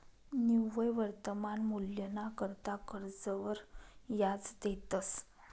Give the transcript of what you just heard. निव्वय वर्तमान मूल्यना करता कर्जवर याज देतंस